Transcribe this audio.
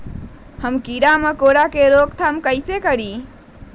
हम किरा मकोरा के रोक थाम कईसे करी?